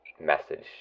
message